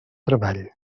treball